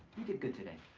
you did good today.